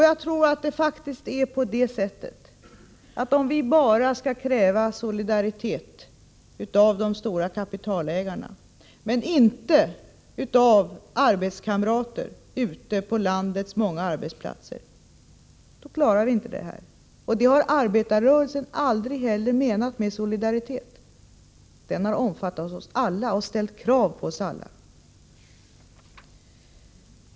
Jag tror att det faktiskt är på det sättet att om vi bara kräver solidaritet av de stora kapitalägarna men inte av arbetskamraterna ute på landets många arbetsplatser, då klarar vi inte detta. Och något sådant har arbetarrörelsen heller aldrig menat med solidaritet — den har omfattat oss alla och ställt krav på oss alla.